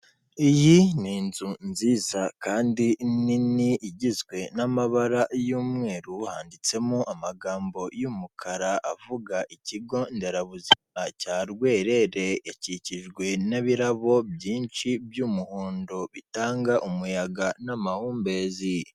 Iyi ni inzu nziza kandi nini igizwe n'amabara y'umweru handitsemo amagambo y'umukara, avuga ikigo nderabuzima cya Rwerere, ikikijwe n'ibirabo byinshi by'umuhondo bitanga umuyaga n'amahumbezi.